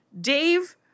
Dave